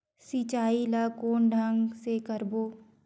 सिंचाई ल कोन ढंग से करबो?